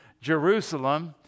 Jerusalem